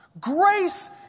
Grace